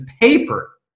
paper